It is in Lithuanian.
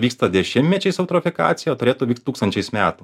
vyksta dešimtmečiais eutrofikacija o turėtų vykt tūkstančiais metų